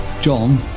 John